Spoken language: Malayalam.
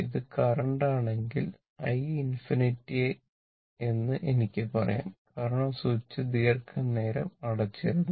ഇത് കറന്റാണെങ്കിൽi∞ എന്ന് എനിക്ക് പറയാം കാരണം സ്വിച്ച് ദീർഘനേരം അടച്ചിരുന്നു